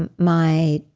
and my.